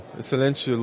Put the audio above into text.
excelente